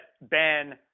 Ben